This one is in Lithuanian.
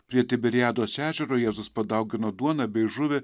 prie tiberiados ežero jėzus padaugino duoną bei žuvį